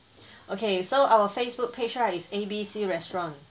okay so our Facebook page right it's A B C restaurant